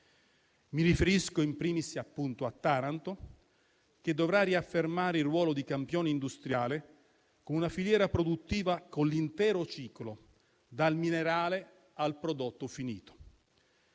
Mi riferisco *in primis* appunto a Taranto, che dovrà riaffermare il ruolo di campione industriale con una filiera produttiva con l'intero ciclo dal minerale al prodotto finito.